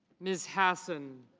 ms. hassan.